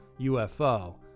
UFO